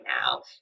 now